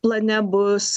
plane bus